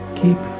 keep